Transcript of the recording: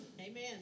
Amen